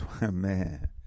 man